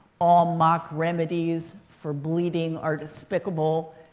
all mock remedies for bleeding are despicable,